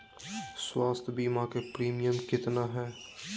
स्वास्थ बीमा के प्रिमियम कितना है?